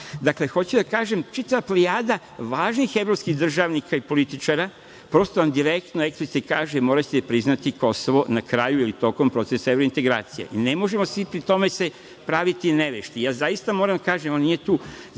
hoću da kažem, čitava plejada važnih evropskih državnika i političara prosto vam direktno i eksplicitno kaže – moraćete priznati Kosovo na kraju ili tokom procesa evrointegracija. Ne možemo svi pri tome se praviti nevešti. Zaista moram da kažem, on nije tu,